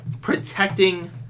protecting